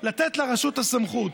לתת לרשות את הסמכות.